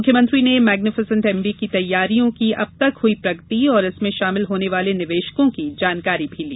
मुख्यमंत्री ने magnificent MP की तैयारियों की अब तक हुई प्रगति और इसमें शामिल होने वाले निवेशकों की जानकारी ली